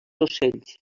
ocells